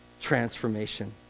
Transformation